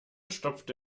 stopfte